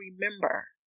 remember